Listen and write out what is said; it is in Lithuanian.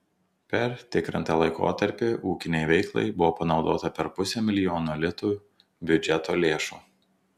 per tikrintą laikotarpį ūkinei veiklai buvo panaudota per pusę milijono litų biudžeto lėšų